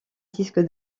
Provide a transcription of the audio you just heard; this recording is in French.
disque